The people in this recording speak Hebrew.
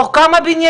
לא, זה כבר כתבת.